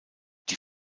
die